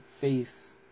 face